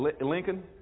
Lincoln